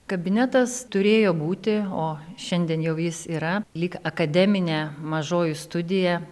kabinetas turėjo būti o šiandien jau jis yra lyg akademinė mažoji studija